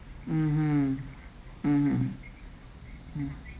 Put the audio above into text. mmhmm mmhmm hmm